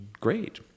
Great